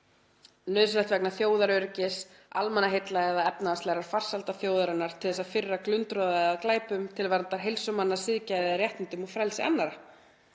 nauðsynleg vegna þjóðaröryggis, almannaheilla eða efnahagslegrar farsældar þjóðarinnar, til þess að firra glundroða eða glæpum, til verndar heilsu manna, siðgæði eða réttindum og frelsi annarra.